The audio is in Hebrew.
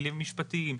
הכלים המשפטיים,